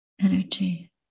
energy